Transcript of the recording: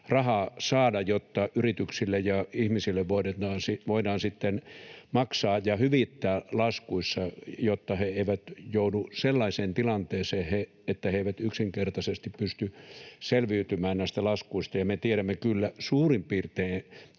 rahaa saada, jotta yrityksille ja ihmisille voidaan sitten maksaa ja hyvittää laskuissa, jotta he eivät joudu sellaiseen tilanteeseen, että he eivät yksinkertaisesti pysty selviytymään näistä laskuista. Me tiedämme kyllä suurin piirtein,